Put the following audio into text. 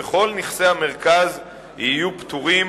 וכל נכסי המרכז יהיו פטורים